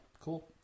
Cool